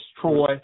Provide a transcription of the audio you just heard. Troy